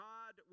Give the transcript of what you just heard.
God